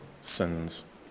sins